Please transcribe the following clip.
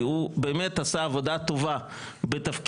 כי בוא באמת עשה עבודה טובה בתפקידו.